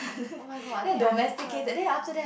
oh-my-god I think I should try